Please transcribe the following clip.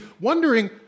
wondering